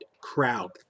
crowd